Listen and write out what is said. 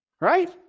Right